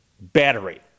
battery